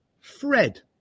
Fred